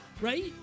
right